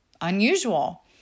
unusual